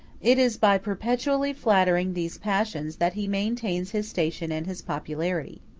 it is by perpetually flattering these passions that he maintains his station and his popularity.